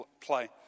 play